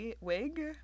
wig